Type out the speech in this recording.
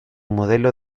modelo